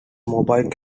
mobile